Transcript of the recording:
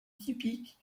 typiques